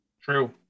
True